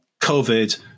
COVID